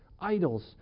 Idols